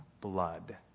blood